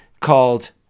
called